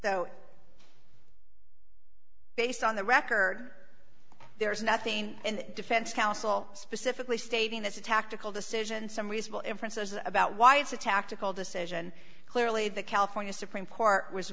so based on the record there is nothing in the defense counsel specifically stating that's a tactical decision some reasonable inferences about why it's a tactical decision clearly the california supreme court was